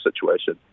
situation